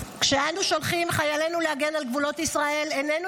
כשאנו שולחים את חיילינו להגן על גבולות ישראל איננו